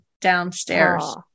downstairs